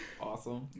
Awesome